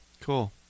cool